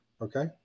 okay